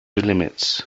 limits